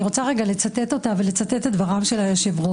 אני רוצה רגע לצטט אותה ולצטט את דבריו של היושב-ראש.